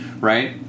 right